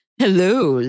Hello